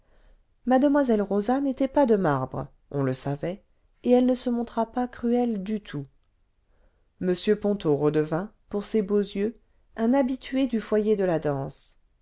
posa n'était pas de marbre on le savait et elle ne se montra pas cruelle'duioùt m ponto redevint pour ses beaux yeux un habitué du foyer de la danse